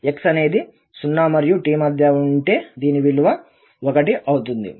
x అనేది 0 మరియు t మధ్య ఉంటే దీని విలువ 1 అవుతుంది